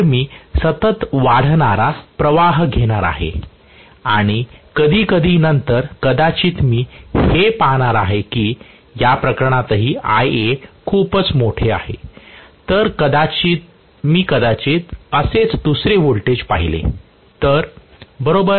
तर मी सतत वाढणारा प्रवाह घेणार आहे आणि कधीकधी नंतर कदाचित मी हे पाहणार आहे की या प्रकरणातही Ia खूपच मोठे आहे जर मी कदाचित असेच दुसरे व्होल्टेज पाहिले तर बरोबर